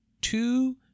two